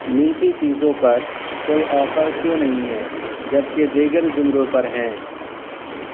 میٹھی چیزوں پر کوئی آفر کیوں نہیں ہے جبکہ دیگر زمروں پر ہیں